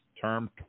term